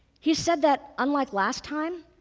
he said that unlike last time,